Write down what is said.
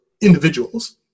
individuals